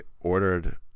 ordered